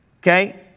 Okay